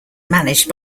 managed